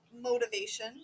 motivation